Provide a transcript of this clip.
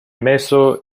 messo